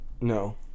No